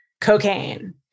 cocaine